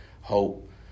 hope